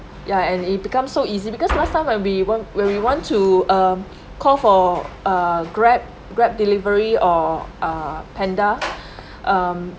ya and it becomes so easy because last time when we want when we want to um call for a grab grab delivery or a panda um